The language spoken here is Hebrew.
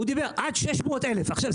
הוא דיבר עד 600,000. כמו